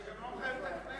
זה גם לא מחייב את הכנסת,